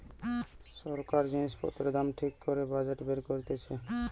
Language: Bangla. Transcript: সরকার জিনিস পত্রের দাম ঠিক করে বাজেট বের করতিছে